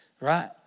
right